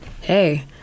Hey